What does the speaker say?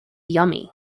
yummy